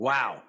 Wow